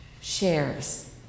shares